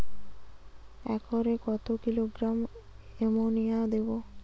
একরে কত kilogram ammonia দেবো?